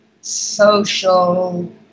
social